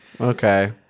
okay